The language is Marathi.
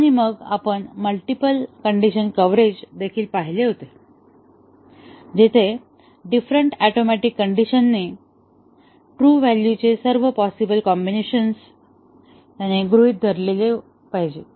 आणि मग आपण मल्टीपल कण्डिशन कव्हरेज देखील पाहिले होते जिथे डिफरंट ऍटोमिक कंडिशनने ट्रू व्हॅल्यू चे सर्व पॉसिबल कॉम्बिनेशन गृहीत धरले पाहिजे